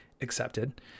accepted